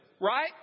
right